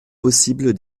possible